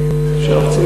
על זה אתה מסתמך.